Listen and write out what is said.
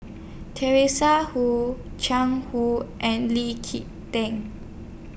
Teresa Hu Jiang Hu and Lee Kee Tan